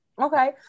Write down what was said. okay